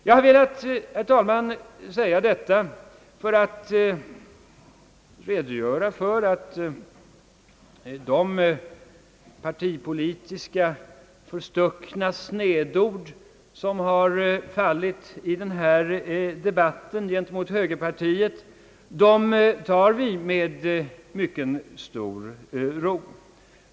Jag har velat säga detta, herr talman, för att redogöra för att vi med mycket stor ro tar de partipolitiska förstuckna snedord som har fallit i denna debatt gentemot högerpartiet.